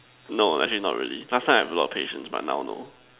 no as in not really last time I have a lot of patience but now no